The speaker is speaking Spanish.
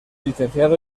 licenciado